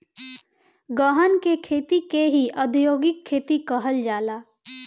गहन के खेती के ही औधोगिक खेती कहल जाला